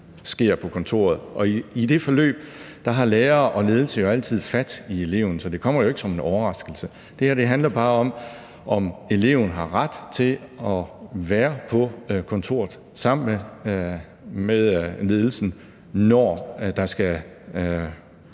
på kontoret, og i det forløb har lærere og ledelse jo altid fat i eleven, så det kommer jo ikke som en overraskelse. Det her handler bare om, om eleven har ret til at være på kontoret sammen med ledelsen, når der skal